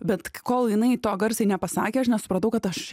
bet kol jinai to garsiai nepasakė aš nesupratau kad aš